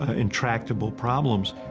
ah intractable problems?